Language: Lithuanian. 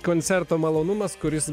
koncerto malonumas kuris